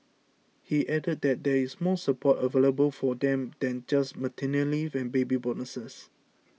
he added that there is more support available for them than just maternity leave and baby bonuses